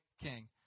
king